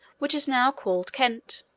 which is now called kent